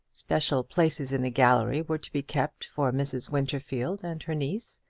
special places in the gallery were to be kept for mrs. winterfield and her niece,